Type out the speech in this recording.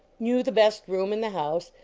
knew the best room in the house,